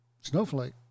snowflake